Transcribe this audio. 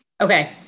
Okay